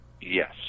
Yes